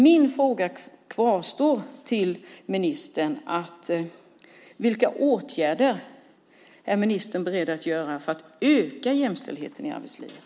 Min fråga till ministern kvarstår: Vilka åtgärder är ministern beredd att vidta för att öka jämställdheten i arbetslivet?